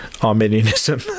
Arminianism